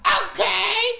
okay